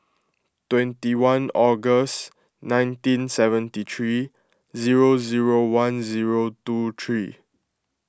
twenty one August nineteen seventy three zero zero one zero two three